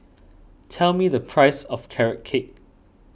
tell me the price of Carrot Cake